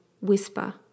whisper